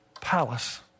palace